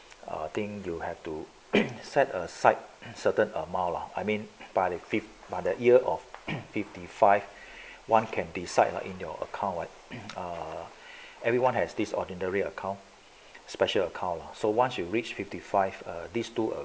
I think you have to set aside a certain amount lah I mean by the fifth by the year of fifty five one can decide lah in your account what err everyone has this ordinary account special account so once you reach fifty five er these two ac~